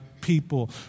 people